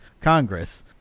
Congress